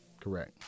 Correct